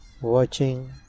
watching